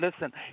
Listen